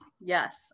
Yes